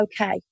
okay